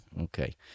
Okay